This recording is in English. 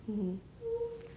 mmhmm